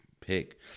pick